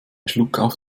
schluckauf